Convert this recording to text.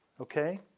Okay